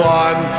one